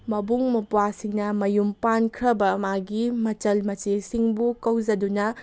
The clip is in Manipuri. ꯃꯕꯨꯡ ꯃꯧꯄ꯭ꯋꯥꯁꯤꯡꯅ ꯃꯌꯨꯝ ꯄꯥꯟꯈ꯭ꯔꯕ ꯃꯥꯒꯤ ꯃꯆꯜ ꯃꯆꯦꯁꯤꯡꯕꯨ ꯀꯧꯖꯗꯨꯅ